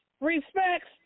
respects